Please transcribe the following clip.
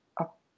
up